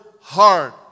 heart